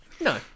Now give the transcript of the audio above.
no